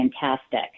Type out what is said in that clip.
fantastic